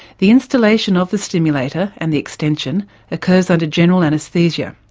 the installation of the stimulator and the extension occurs under general anaesthesia.